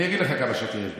אני אגיד לך כמה שקר יש בזה.